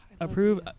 Approve